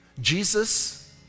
Jesus